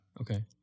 okay